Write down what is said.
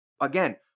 again